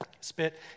spit